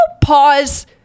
pause